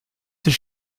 does